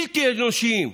בלתי אנושיים?